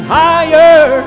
higher